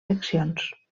seccions